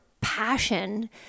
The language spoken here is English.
passion